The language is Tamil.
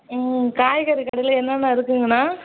ம் காய்கறி கடையில் என்னென்ன இருக்குங்கண்ணா